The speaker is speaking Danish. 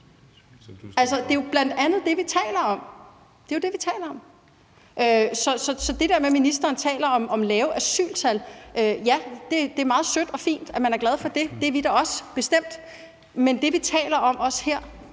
Det er jo bl.a. det, vi taler om, det er jo det, vi taler om. Ministeren taler om lave asyltal. Ja, det er meget sødt og fint, at man er glad for det, det er vi da bestemt også, men det, vi også taler om her,